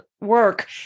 work